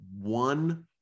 one